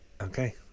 Okay